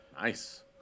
Nice